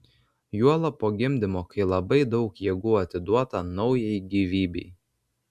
juolab po gimdymo kai labai daug jėgų atiduota naujai gyvybei